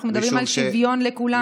אנחנו מדברים על שוויון לכולם.